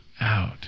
out